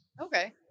okay